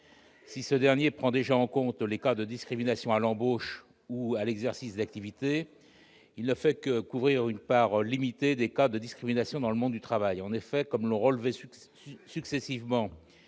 Si cet article prend déjà en compte les cas de discrimination à l'embauche ou à l'exercice d'activités, il ne fait que couvrir une part limitée des cas de discrimination dans le monde du travail. En effet, comme l'ont relevé successivement